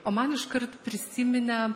o man iškart prisiminė